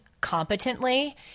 competently